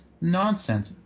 nonsense